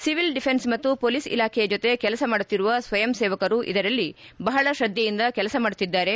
civil defence ಮತ್ತು police ಇಲಾಖೆಯ ಜೊತೆ ಕೆಲಸ ಮಾಡುತ್ತಿರುವ ಸ್ವಯಂ ಸೇವಕರು ಇದರಲ್ಲಿ ಬಹಳ ಶ್ರದ್ಧೆಯಿಂದ ಕೆಲಸ ಮಾಡುತ್ತಿದ್ದಾರೆ